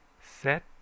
set